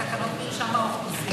אלה תקנות מרשם האוכלוסין.